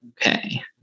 Okay